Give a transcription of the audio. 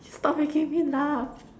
stop making me laugh